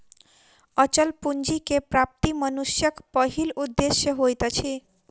अचल पूंजी के प्राप्ति मनुष्यक पहिल उदेश्य होइत अछि